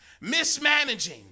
mismanaging